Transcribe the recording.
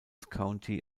county